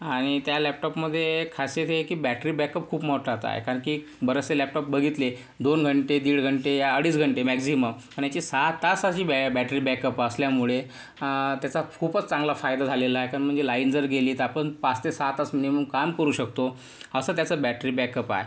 आणि त्या लॅपटॉपमध्ये खासियत ही आहे की बॅटरी बॅकअप खूप महटाचा आहे कारण की बरेचसे लॅपटॉप बघितले दोन घंटे दीड घंटे या अडीच घंटे मॅक्झिमम पण याची सहा तासांची बॅ बॅटरी बॅकअप असल्यामुळे त्याचा खूपच चांगला फायदा झालेला आहे कारण म्हणजे लाईन जर गेली तर आपण पाच ते सहा तास मिनिमम काम करू शकतो असं त्याचं बॅटरी बॅकअप आहे